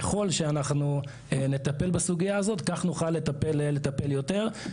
ככל שאנחנו נטפל בסוגייה הזו, כך נוכל לטפל יותר.